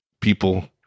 people